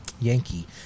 Yankee